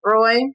Roy